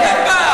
תרדי למטה כבר.